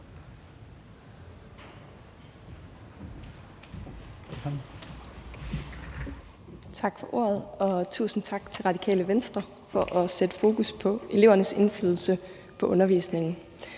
Tak for ordet. Og tusind tak til Radikale Venstre for at sætte fokus på elevernes indflydelse på undervisningen.